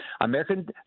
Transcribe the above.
American